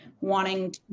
wanting